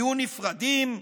יהיו נפרדים,